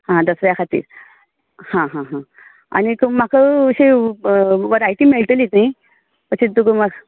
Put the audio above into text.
हां दसऱ्या खातीर हां हां आनीक म्हाका अशें वरायटी मेळटली न्ही अशेंच तुका म्हाक